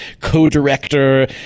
co-director